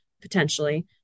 potentially